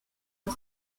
for